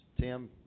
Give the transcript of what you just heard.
Tim